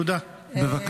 תודה.